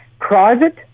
private